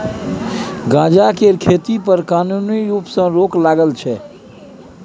गांजा केर खेती पर कानुनी रुप सँ रोक लागल छै